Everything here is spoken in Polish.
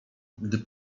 gdy